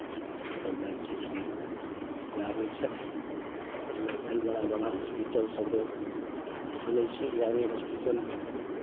ईसभ लए कऽ छै जे लए अबै छै पटना भेल बड़ा बड़ा हॉस्पिटल सगरो खुलल छै बिहारमे हॉस्पिटल